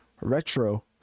retro